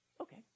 Okay